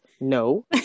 No